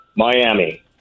Miami